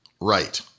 right